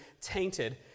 tainted